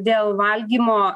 dėl valgymo